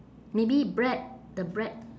maybe bread the bread